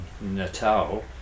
Natal